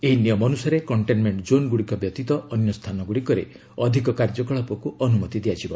ଏହି ନିୟମ ଅନୁସାରେ କଣ୍ଟେନମେଣ୍ଟ ଜୋନ୍ଗୁଡ଼ିକ ବ୍ୟତୀତ ଅନ୍ୟ ସ୍ଥାନଗୁଡ଼ିକରେ ଅଧିକ କାର୍ଯ୍ୟକଳାପକୁ ଅନୁମତି ଦିଆଯିବ